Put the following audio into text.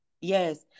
yes